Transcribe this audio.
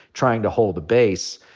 trying to hold the base.